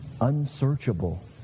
unsearchable